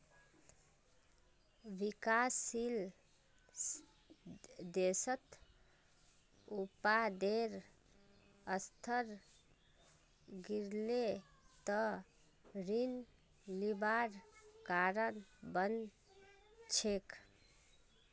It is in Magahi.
विकासशील देशत उत्पादेर स्तर गिरले त ऋण लिबार कारण बन छेक